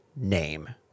name